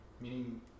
Meaning